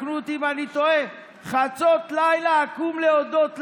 תתקנו אותי אם אני טועה: "חצות לילה אקום להודות לך".